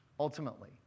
Ultimately